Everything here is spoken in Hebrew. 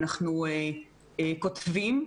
אנחנו כותבים.